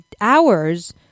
hours